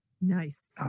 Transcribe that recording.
Nice